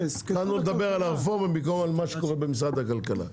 התחלנו לדבר על הרפורמה במקום על מה שקורה במשרד הכלכלה.